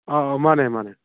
ꯑꯥ ꯑꯥꯎ ꯃꯥꯅꯦ ꯃꯥꯅꯦ